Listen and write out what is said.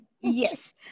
yes